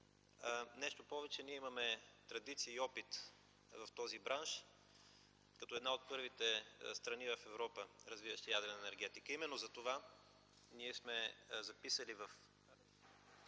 Нещо повече, ние имаме традиция и опит в този бранш като една от първите страни в Европа, развиващи ядрена енергетика. Именно затова ние сме записали в